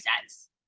sets